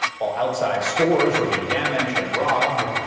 while outside stores were being damaged and robbed.